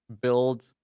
build